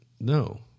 No